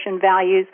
values